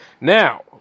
Now